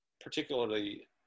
particularly